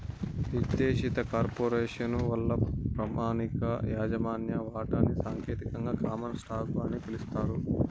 నిర్దేశిత కార్పొరేసను వల్ల ప్రామాణిక యాజమాన్య వాటాని సాంకేతికంగా కామన్ స్టాకు అని పిలుస్తారు